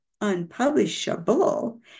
unpublishable